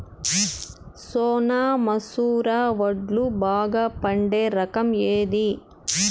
సోనా మసూర వడ్లు బాగా పండే రకం ఏది